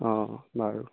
অঁ অঁ বাৰু